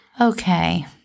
Okay